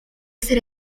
ser